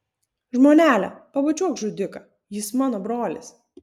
žmonele pabučiuok žudiką jis mano brolis